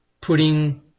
putting